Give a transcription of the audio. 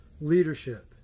leadership